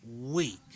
week